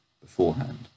beforehand